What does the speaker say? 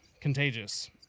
contagious